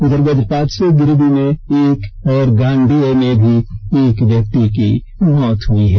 उधर वजपात से गिरिडीह में एक और गांडेय में भी एक व्यक्ति की मौत हुई है